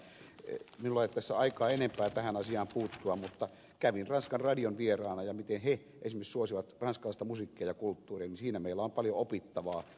minulla ei ole tässä aikaa enempää tähän asiaan puuttua mutta kävin ranskan radion vieraana ja siinä meillä on paljon opittavaa miten he esimerkiksi suosivat ranskalaista musiikkia ja kulttuuria